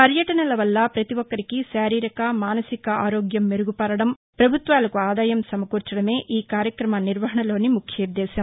పర్యటనల వల్ల ప్రతి ఒక్కరి శారీరక మానసిక ఆరోగ్యాన్ని మెరుగు పరచడం ప్రభుత్వాలకు ఆదాయం సమకూర్చడమే ఈ కార్యక్రమ నిర్వహణలోని ముఖ్యోద్దేశం